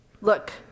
Look